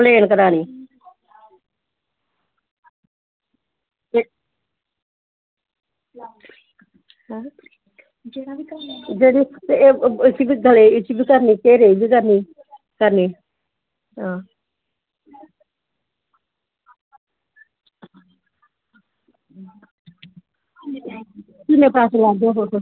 plain करानी ते इसी बी करना गले गी इसी हबी करनी घेरे गी बी करी हां किन्नें पैसे लैंदे हो तुस